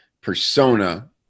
persona